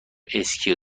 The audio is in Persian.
اسکی